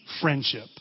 friendship